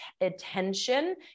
attention